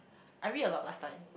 I read a lot last time